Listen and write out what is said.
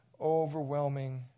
overwhelming